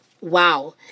wow